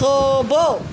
થોભો